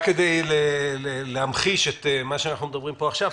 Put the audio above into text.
רק כדי להמחיש את מה שאנחנו מדברים עליו פה עכשיו,